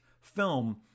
film